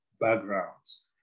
backgrounds